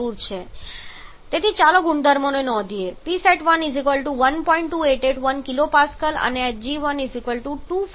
તેથી ચાલો ગુણધર્મોને નોંધીએ પરંતુ તે પહેલાં આપણે કંઈક સ્થિર પ્રવાહ પ્રક્રિયા તરીકે ધારીએ છીએ આપણે ધારીએ છીએ કે ડ્રાય હવાનો માસ પ્રવાહ રેટ કોન્સ્ટન્ટ રહે જે ખૂબ જ તાર્કિક ધારણા છે